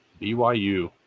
BYU